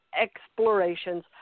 explorations